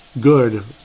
good